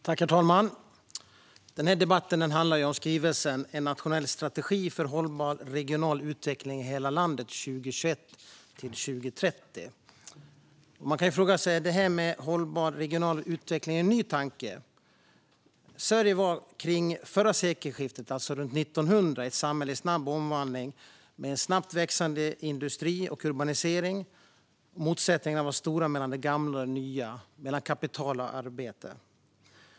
Herr talman! Denna debatt handlar om skrivelsen Nationell strategi för hållbar regional utveckling i hela landet 2021-2030 . Man kan fråga sig om detta med hållbar regional utveckling är en ny tanke. Sverige var kring förra sekelskiftet, alltså runt år 1900, ett samhälle i snabb omvandling med snabbt växande industri och urbanisering. Motsättningarna var stora mellan det gamla och det nya, mellan kapital och arbete.